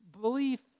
belief